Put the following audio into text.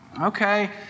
Okay